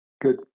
Good